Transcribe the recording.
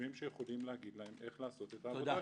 שחושבים שיכולים לומר להם איך לעשות את עבודתם.